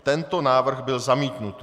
Tento návrh byl zamítnut.